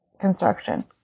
construction